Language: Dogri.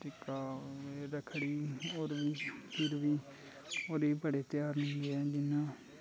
टीका रक्खड़ी होर बी फिर बी होली बड़े त्यहार होंदे ऐ